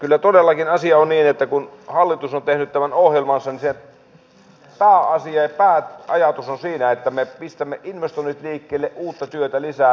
kyllä todellakin asia on niin että kun hallitus on tehnyt tämän ohjelmansa niin sen pääasia ja pääajatus on siinä että me pistämme investoinnit liikkeelle uutta työtä lisää